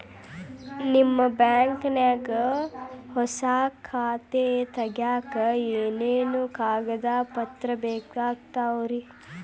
ನಿಮ್ಮ ಬ್ಯಾಂಕ್ ನ್ಯಾಗ್ ಹೊಸಾ ಖಾತೆ ತಗ್ಯಾಕ್ ಏನೇನು ಕಾಗದ ಪತ್ರ ಬೇಕಾಗ್ತಾವ್ರಿ?